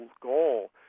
goal